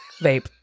vape